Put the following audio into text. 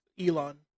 Elon